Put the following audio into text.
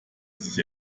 sich